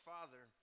Father